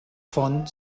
von